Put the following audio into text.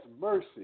mercy